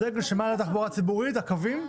הדגל שמעל התחבורה הציבורית, הקווים.